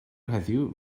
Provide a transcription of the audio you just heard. heddiw